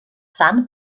sant